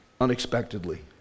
unexpectedly